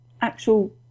actual